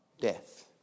death